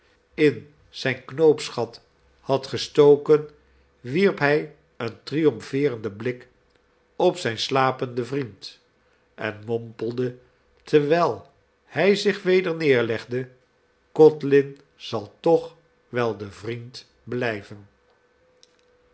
in zijn knoopsgat had gestoken wierp hij een triomfeerenden blik op zijn slapenden vriend en mompelde terwijl hij zich weder neerlegde codlin zal toch wel de vriend blijven